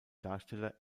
darsteller